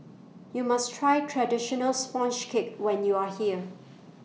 YOU must Try Traditional Sponge Cake when YOU Are here